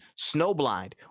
Snowblind